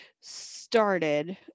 started